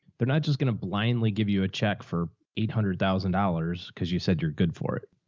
they're not just going to blindly give you a check for eight hundred thousand dollars cause you said you're good for it,